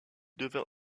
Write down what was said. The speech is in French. devint